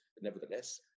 Nevertheless